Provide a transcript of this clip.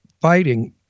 fighting